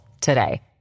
today